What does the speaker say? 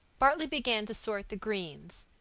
bartley began to sort the greens.